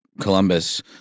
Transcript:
Columbus